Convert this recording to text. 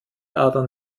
adern